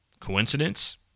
Coincidence